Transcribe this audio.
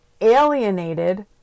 alienated